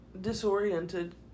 disoriented